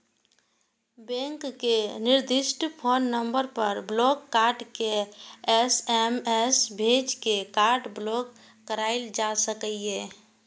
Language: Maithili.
बैंक के निर्दिष्ट फोन नंबर पर ब्लॉक कार्ड के एस.एम.एस भेज के कार्ड ब्लॉक कराएल जा सकैए